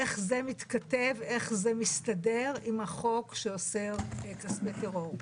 איך זה מסתדר עם החוק שאוסר כספי טרור?